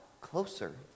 closer